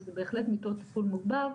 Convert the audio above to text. אבל זה בהחלט מיטות טיפול מוגבר,